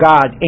God